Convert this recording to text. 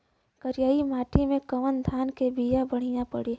करियाई माटी मे कवन धान के बिया बढ़ियां पड़ी?